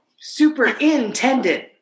superintendent